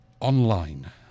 online